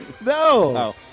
No